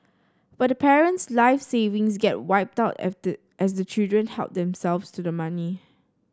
but the parent's life savings get wiped out as the children help themselves to the money